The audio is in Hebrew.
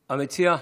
המציע?